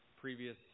previous